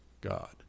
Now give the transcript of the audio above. God